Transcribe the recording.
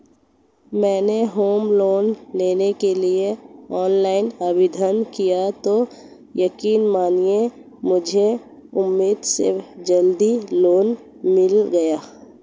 मैंने home loan लेने के लिए ऑनलाइन आवेदन किया तो यकीन मानिए मुझे उम्मीद से जल्दी लोन मिल गया